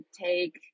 take